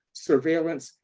surveillance,